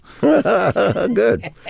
Good